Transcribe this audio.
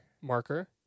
Marker